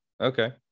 Okay